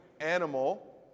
animal